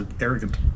arrogant